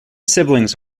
siblings